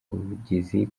ubuvugizi